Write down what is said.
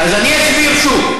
אז אני אסביר שוב.